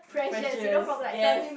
pressures yes